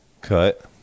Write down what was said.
Cut